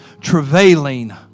travailing